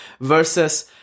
versus